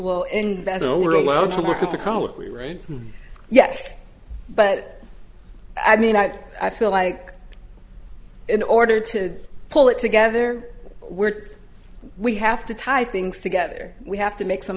colloquy right yes but i mean i i feel like in order to pull it together we're we have to tie things together we have to make some